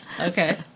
Okay